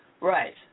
Right